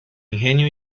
ingenio